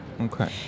Okay